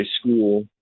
school